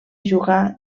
jugà